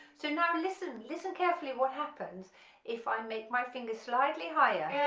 so now listen listen carefully, what happens if i make my fingers slightly higher